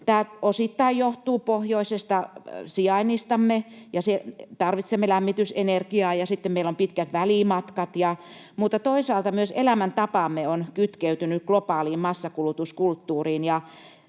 Tämä osittain johtuu pohjoisesta sijainnistamme — tarvitsemme lämmitysenergiaa, ja sitten meillä on pitkät välimatkat — mutta toisaalta myös elämäntapamme on kytkeytynyt globaaliin massakulutuskulttuuriin,